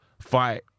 fight